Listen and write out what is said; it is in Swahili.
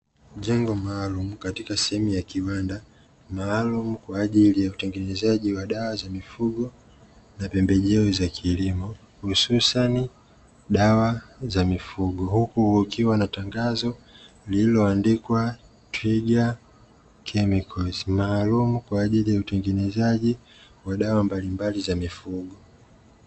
Jengo maalumu katika sehemu ya kiwanda maalumu kwa ajili ya utengenezaji wa dawa za mifugo na pembejo za kilimo, hususani dawa za mifugo huku kukiwa na tangazo lililoandikwa "twiga kemikozi" maalumu kwa utengenezaji wa dawa mbalimbali za mifugo.